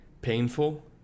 painful